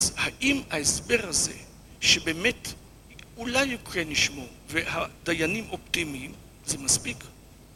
האם ההסבר הזה, שבאמת אולי הוא כן ישמור והדיינים אופטימיים, זה מספיק?